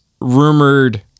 rumored